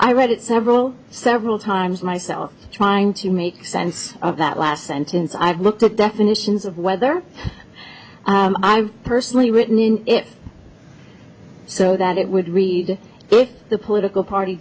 i read it several several times myself trying to make sense of that last sentence i've looked at definitions of whether i'm personally written in it so that it would read if the political party